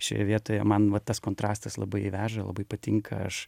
šioje vietoje man va tas kontrastas labai veža labai patinka aš